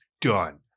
done